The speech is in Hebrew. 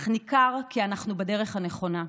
אך ניכר כי אנחנו בדרך הנכונה.